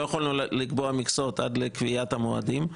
לא יכולנו לקבוע מכסות עד לקביעת המועדים,